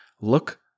Look